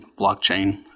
blockchain